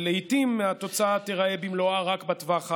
לעיתים התוצאה במלואה היא רק בטווח הארוך.